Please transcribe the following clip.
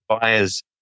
buyers